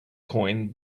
coin